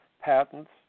patents